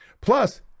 Plus